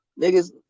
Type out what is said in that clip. niggas